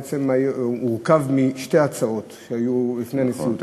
ובעצם הורכב משתי הצעות שהיו לפני הנשיאות.